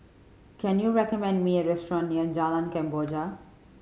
can you recommend me a restaurant near Jalan Kemboja